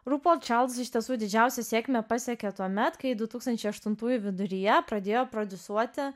rū pol čarlz iš tiesų didžiausią sėkmę pasiekė tuomet kai du tūkstančiai aštuntųjų viduryje pradėjo prodiusuoti